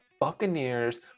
Buccaneers